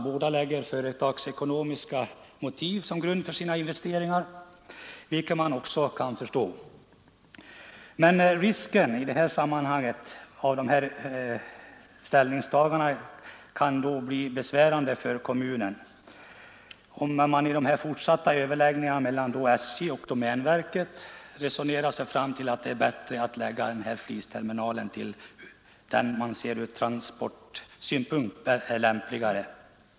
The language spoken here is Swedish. Båda lägger företagsekonomiska motiv som grund för sina ställningstaganden, vilket man kan förstå. Men risken vid de fortsatta överläggningarna mellan SJ och domänverket är att man kan komma fram till att det är bättre att placera flisterminalen på annan plats som ur transportsynpunkt är lämpligare.